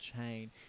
chain